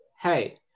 hey